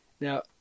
Now